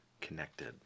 connected